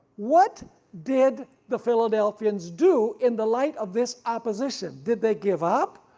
what did the philadelphians do in the light of this opposition? did they give up,